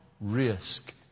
risk